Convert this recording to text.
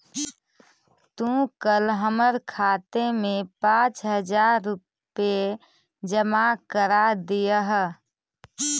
तू कल हमर खाते में पाँच हजार रुपए जमा करा दियह